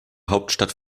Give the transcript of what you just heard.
hauptstadt